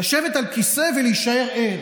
לשבת על כיסא ולהישאר ער,